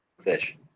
fish